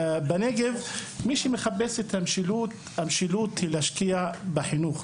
מי שמחפש את המשילות צריך להבין שהיא נמצאת בחינוך.